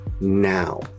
now